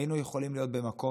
היינו יכולים להיות עכשיו במקום